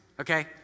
okay